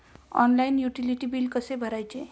Online utility बिले कसे भरायचे?